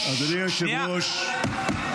אדוני היושב-ראש,